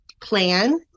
plan